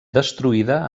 destruïda